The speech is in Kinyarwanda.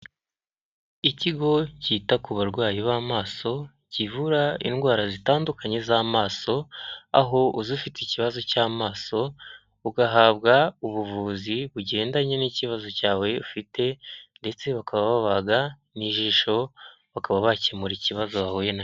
Ikigo cyita ku barwayi b'amaso, kivura indwara zitandukanye z'amaso, aho uza ufite ikibazo cy'amaso, ugahabwa ubuvuzi bugendanye n'ikibazo cyawe ufite ndetse bakaba babaga n'ijisho, bakaba bakemura ikibazo wahuye na cyo.